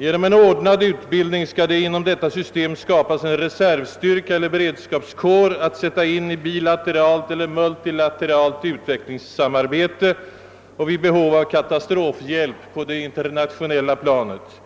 Genom en ordnad utbildning skall det inom detta system skapas en reservstyrka eller beredskapskår att sätta in i bilateralt eller multilateralt utvecklingssamarbete och vid behov av katastrofhjälp på det internationella planet.